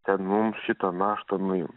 ten mums šitą naštą nuim